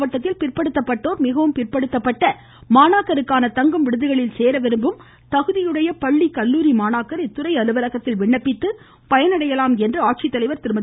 மாவட்டத்தில் பிற்படுத்தப்பட்டோர் மிகவும் பிற்படுத்தப்பட்ட அரியலூர் மாணாக்கருக்கான தங்கும் விடுதிகளில் சேர விரும்பும் தகுதியுடைய பள்ளி கல்லுாரி மாணாக்கர் இத்துறை அலுவலகத்தில் விண்ணப்பித்து பயனடையலாம் என ஆட்சித்தலைவர் திருமதி